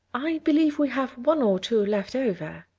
i believe we have one or two left over,